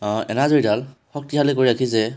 এনাজৰী ডাল শক্তিশালী কৰি ৰাখিছে